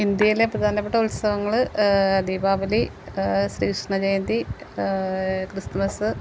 ഇന്ത്യയിലെ പ്രധാനപ്പെട്ട ഉത്സവങ്ങൾ ദീപാവലി ശ്രീകൃഷ്ണ ജയന്തി ക്രിസ്മസ്